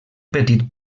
petit